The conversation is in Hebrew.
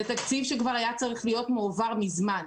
זה תקציב שכבר היה שצריך להיות מועבר מזמן.